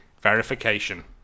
verification